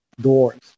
doors